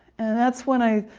and that's when i.